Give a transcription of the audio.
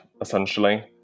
essentially